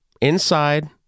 inside